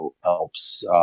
helps